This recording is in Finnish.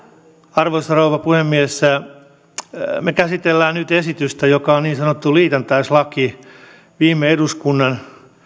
arvoisa rouva puhemies me käsittelemme nyt esitystä joka on niin sanottu liitännäislaki viime eduskunnan